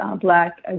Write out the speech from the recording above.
black